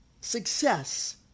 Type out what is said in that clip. success